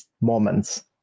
moments